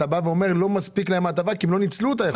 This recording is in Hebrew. אתה אומר שלא מספיקה להם ההטבה כי הם לא ניצלו אותה.